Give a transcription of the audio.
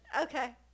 Okay